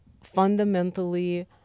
fundamentally